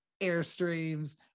airstreams